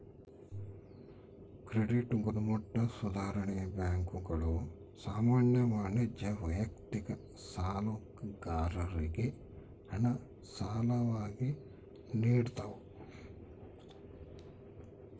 credit ಗುಣಮಟ್ಟ ಸುಧಾರಣೆ ಬ್ಯಾಂಕುಗಳು ಸಾಮಾನ್ಯ ವಾಣಿಜ್ಯ ವೈಯಕ್ತಿಕ ಸಾಲಗಾರರಿಗೆ ಹಣ ಸಾಲವಾಗಿ ನಿಡ್ತವ